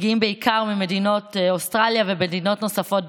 מגיעים בעיקר ממדינות אוסטרליה ומדינות נוספות,